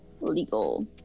legal